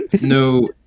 no